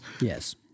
Yes